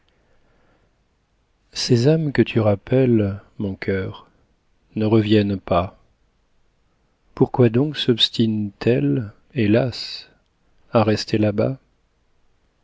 ces âmes que tu rappelles mon cœur ne reviennent pas pourquoi donc sobstinent elles hélas à rester là-bas